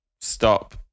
Stop